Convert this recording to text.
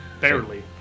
barely